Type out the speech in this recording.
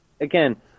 again